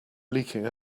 leaking